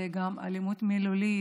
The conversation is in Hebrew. זה גם אלימות מילולית,